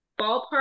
ballpark